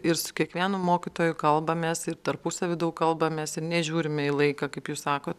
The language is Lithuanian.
ir su kiekvienu mokytoju kalbamės ir tarpusavy daug kalbamės ir nežiūrime į laiką kaip jūs sakot